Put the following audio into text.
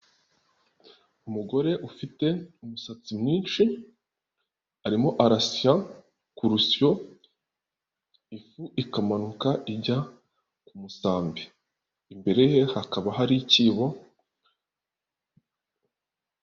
Umugore ufite umusatsi mwinshi arimo arasya ku rusyo ifu ikamanuka ijya ku musambi, imbere ye hakaba hari ikibo.